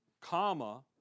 comma